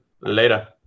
Later